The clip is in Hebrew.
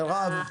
מרב,